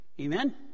Amen